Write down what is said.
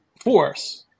force